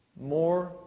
More